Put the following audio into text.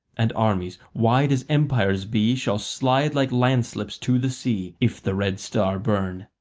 and armies wide as empires be shall slide like landslips to the sea if the red star burn.